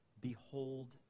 Behold